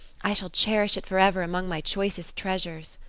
i shall cherish it forever among my choicest treasures.